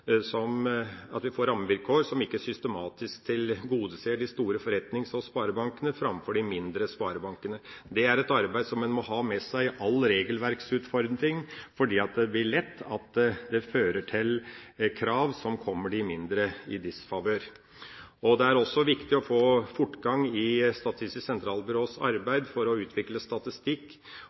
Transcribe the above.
av at vi får rammevilkår som ikke systematisk tilgodeser de store forretnings- og sparebankene framfor de mindre sparebankene. Det er et arbeid som en må ha med seg i all regelverksutforming, fordi det blir lett at det fører til krav som går i de mindres disfavør. Det er også viktig å få fortgang i Statistisk sentralbyrås arbeid for å utvikle statistikk